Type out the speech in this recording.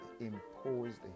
imposed